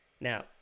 Now